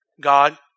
God